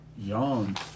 young